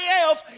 else